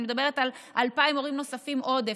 אני מדברת על 2,000 מורים נוספים עודף,